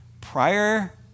Prior